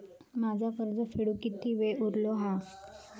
माझा कर्ज फेडुक किती वेळ उरलो हा?